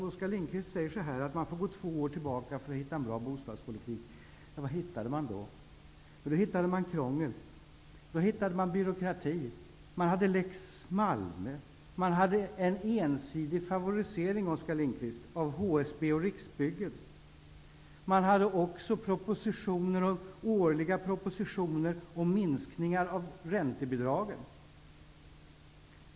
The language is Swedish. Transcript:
Oskar Lindkvist säger att man får gå tillbaka två år för att hitta en bra bostadspolitik. Vad hittar man då? Jo, då hittar man krångel och byråkrati. Man hade lex Malmö. Man hade en ensidig favorisering, Man hade också årliga propositioner som innehöll minskningar av räntebidragen.